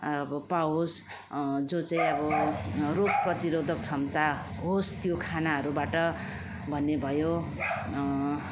अब पावोस् जो चाहिँ अब रोग प्रतिरोधक क्षमता होस् त्यो खानाहरूबाट भन्ने भयो